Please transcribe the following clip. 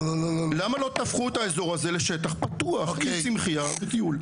למה לא תהפכו את האזור הזה לשטח פתוח עם צמחייה וטיול?